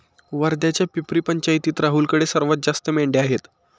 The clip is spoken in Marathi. वर्ध्याच्या पिपरी पंचायतीत राहुलकडे सर्वात जास्त मेंढ्या आहेत